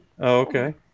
Okay